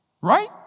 Right